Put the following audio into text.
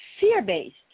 fear-based